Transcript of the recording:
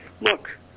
look